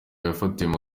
yafatiwe